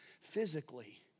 physically